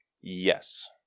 Yes